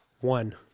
One